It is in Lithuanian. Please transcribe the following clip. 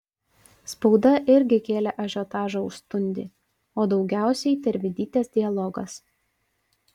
spauda irgi kėlė ažiotažą už stundį o daugiausiai tervidytės dialogas